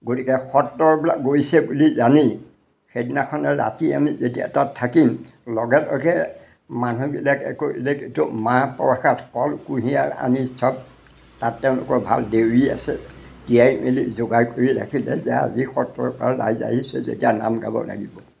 গতিকে সত্ৰবিলাক গৈছে বুলি জানি সেইদিনাখনে ৰাতি আমি যেতিয়া তাত থাকিম লগে লগে মানুহবিলাক একো লেক এইটো মাহ প্ৰসাদ কল কুঁহিয়াৰ আনি সব তাত তেওঁলোকৰ ভাল দেউৰী আছে তিয়াই মেলি যোগাৰ কৰি ৰাখিলে যে আজি সত্ৰৰ পৰা ৰাইজ আহিছে যেতিয়া নাম গাব লাগিব